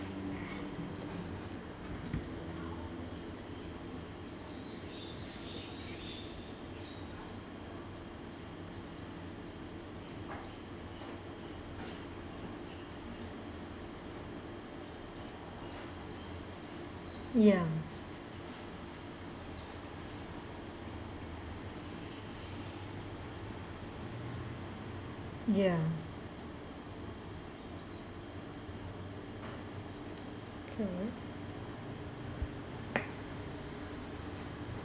ya ya true